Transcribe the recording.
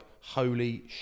holy